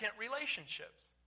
relationships